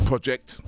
Project